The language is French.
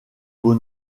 beau